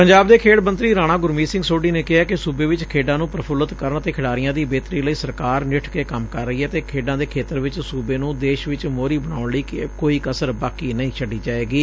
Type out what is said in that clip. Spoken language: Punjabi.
ਪੰਜਾਬ ਦੇ ਖੇਡ ਮੰਤਰੀ ਰਾਣਾ ਗੁਰਮੀਤ ਸਿੰਘ ਸੋਢੀ ਨੇ ਕਿਹੈ ਕਿ ਸੁਬੇ ਵਿਚ ਖੇਡਾਂ ਨੂੰ ਪ੍ਰਫੁੱਲਤ ਕਰਨ ਅਤੇ ਖਿਡਾਰੀਆਂ ਦੀ ਬਿਹਤਰੀ ਲਈ ਸਰਕਾਰ ਨਿੱਠ ਕੇ ਕੰਮ ਕਰ ਰਹੀ ਏ ਅਤੇ ਖੇਡਾਂ ਦੇ ਖੇਤਰ ਵਿਚ ਸੁਬੇ ਨੂੰ ਦੇਸ਼ ਚ ਮੋਹਰੀ ਬਣਾਉਣ ਲਈ ਕੋਈ ਕਸਰ ਬਾਕੀ ਨਹੀਂ ਛੱਡੀ ਜਾਏਗੀ